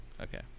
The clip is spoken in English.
Okay